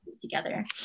together